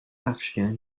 afternoon